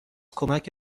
کمک